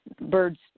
birds